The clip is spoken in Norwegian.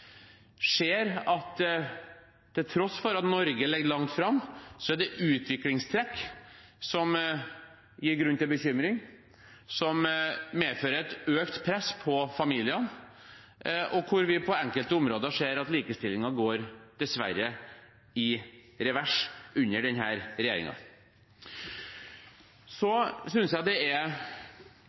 at til tross for at Norge ligger langt framme, er det utviklingstrekk som gir grunn til bekymring, som medfører et økt press på familiene, og hvor vi på enkelte områder ser at likestillingen dessverre settes i revers under